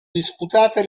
disputati